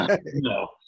No